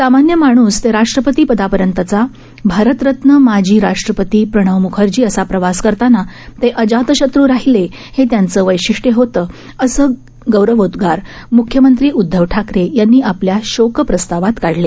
सामान्य माणूस ते राष्ट्रपती पदापर्यंतचा भारतरत्न माजी राष्ट्रपती प्रणव मुखर्जी असा प्रवास करताना ते अजात शत्रू राहिले हे त्याचे वैशिष्टे होते असे गौरवोद्गार म्ख्यमंत्री उद्धव ठाकरे यांनी आपल्या शोकप्रस्तावात काढले